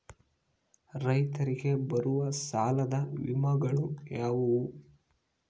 ರೈತರಿಗೆ ಬರುವ ಸಾಲದ ವಿಮೆಗಳು ಯಾವುವು?